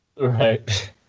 Right